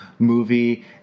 Movie